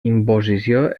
imposició